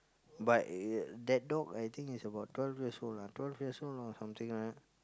but uh that dog I think it's about twelve years old ah twelve years old or something like that